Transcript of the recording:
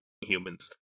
humans